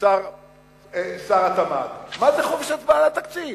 שר התמ"ת, מה זה חופש הצבעה על התקציב?